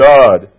God